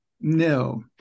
no